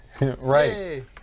Right